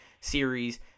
series